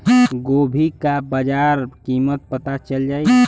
गोभी का बाजार कीमत पता चल जाई?